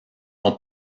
ont